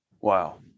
Wow